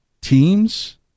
teams